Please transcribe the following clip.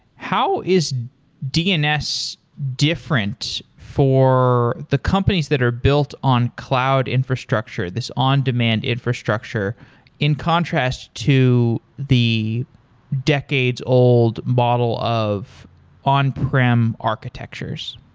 how is dns different for the companies that are built on cloud infrastructure, this on-demand infrastructure in contrast to the decades' old bottle of on-prem architectures?